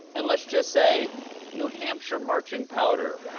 and let's just say new hampshire marching powder.